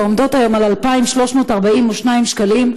העומדות היום על 2,342 שקלים,